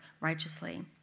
righteously